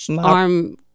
arm